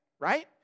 right